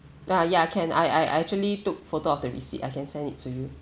ya ya can I I I actually took photo of the receipt I can send it to you